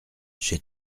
chez